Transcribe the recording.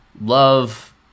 Love